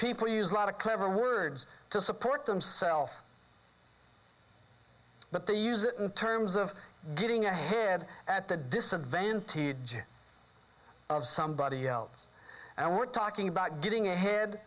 people use a lot of clever words to support themself but they use it in terms of getting ahead at the disadvantage of somebody else and we're talking about getting ahead